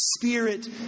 spirit